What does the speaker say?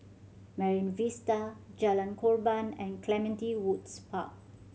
Marine Vista Jalan Korban and Clementi Woods Park